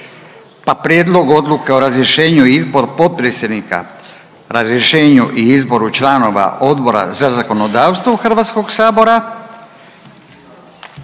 pa Prijedlog odluke o razrješenju i izbor potpredsjednika, razrješenju i izboru članova Odbora za zakonodavstvo HS-a, onda